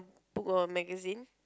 book or magazine